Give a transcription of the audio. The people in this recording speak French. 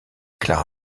clara